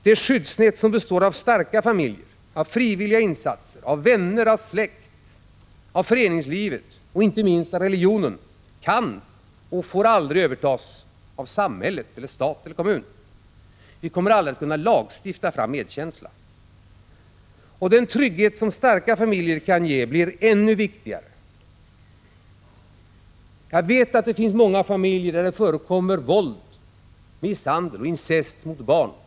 Det skyddsnät som består av starka familjer, av frivilliga insatser, vänner, släkt, föreningslivet och inte minst religionen kan och får aldrig övertas av samhället — eller stat och kommun. Vi kommer aldrig att kunna lagstifta fram medkänsla. Den trygghet som starka familjer kan ge blir än viktigare. Jag vet att det finns många familjer där det förekommer våld, misshandel och incest mot barn.